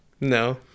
No